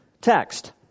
text